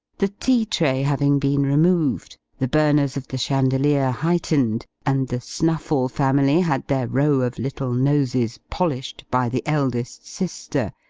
the tea-tray having been removed, the burners of the chandelier heightened, and the snuffle family had their row of little noses polished by the eldest sister,